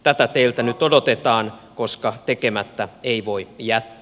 tätä teiltä nyt odotetaan koska tekemättä ei voi jättää